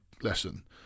lesson